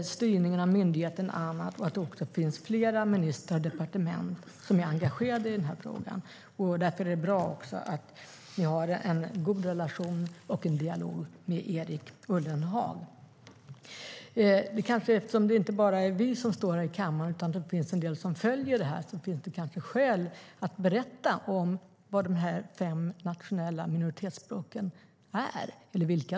Styrning av myndigheter är ett annat. Det finns också flera ministrar och departement som är engagerade i den här frågan. Därför är det bra att ni har en god relation och en dialog med Erik Ullenhag. Det är inte bara vi som står här i kammaren som deltar i debatten, utan det finns även en del som följer den. Så det finns kanske skäl att berätta om vilka de fem nationella minoritetsspråken är.